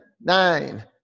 nine